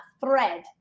thread